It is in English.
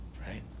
right